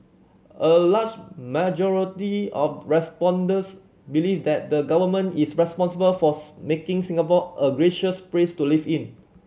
a large majority of respondents believe that the Government is responsible for making Singapore a gracious place to live in